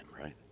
right